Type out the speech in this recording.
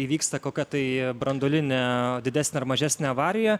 įvyksta kokia tai branduolinė didesnė ar mažesnė avarija